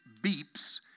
beeps